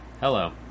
Hello